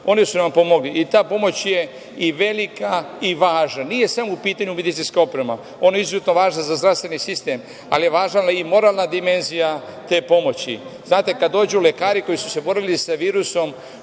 Oni su nam pomogli. Ta pomoć je i velika i važna. Nije samo u pitanju medicinska oprema. Ona je izuzetno važna za zdravstveni sistem, ali je važna i moralna dimenzija te pomoći. Znate, kada dođu lekari koji su se borili sa virusom